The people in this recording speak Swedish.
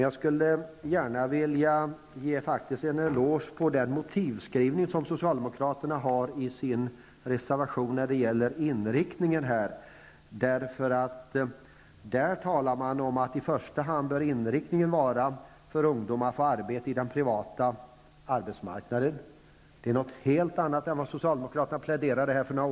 Jag skulle gärna vilja ge en eloge till den motivskrivning som socialdemokraterna har i sin reservation när det gäller inriktningen. Man talar om att inriktningen i första hand bör vara att ungdomar skall få arbete på den privata arbetsmarknaden. Det är något helt annat än vad socialdemokraterna pläderade för tidigare.